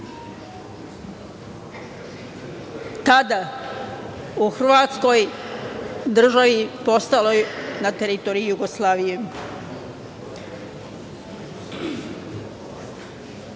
tada u Hrvatskoj državi postaloj na teritoriji Jugoslavije. Treba